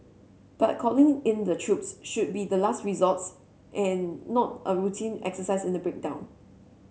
but calling in the troops should be the last resorts and not a routine exercise in a breakdown